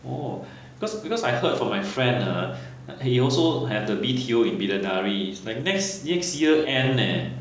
oh because because I heard from my friend ah he also have the B_T_O in bidadari it's like next next year end leh